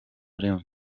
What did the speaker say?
rimwe